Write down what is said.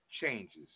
Changes